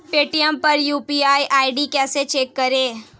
Paytm पर UPI ID कैसे check करें?